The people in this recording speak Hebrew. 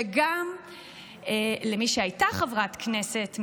וגם למי שהייתה חברת כנסת,